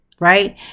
right